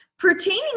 pertaining